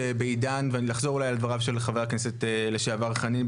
שבעידן ולחזור אולי על דבריו של חבר הכנסת לשעבר חנין,